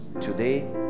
today